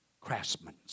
craftsmen